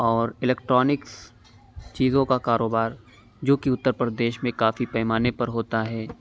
اور الیکٹرانکس چیزوں کا کاروبار جو کہ اتر پردیش میں کافی پیمانے پر ہوتا ہے